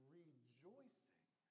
rejoicing